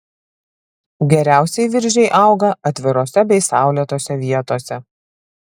geriausiai viržiai auga atvirose bei saulėtose vietose